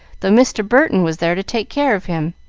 though mr. burton was there to take care of him.